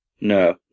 No